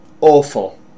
awful